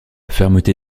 fermeté